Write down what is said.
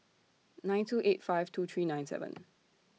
nine two eight five two three nine seven